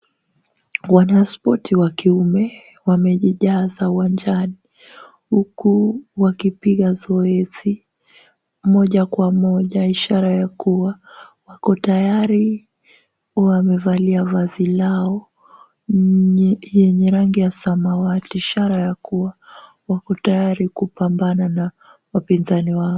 Wanaspoti wa kiume wamejijaza uwanjani huku wakipiga zoezi moja kwa moja, ishara ya kuwa wako tayari. Wamevalia vazi lao lenye rangi ya samawati, ishara ya kuwa wako tayari kupambana na wapinzani wao.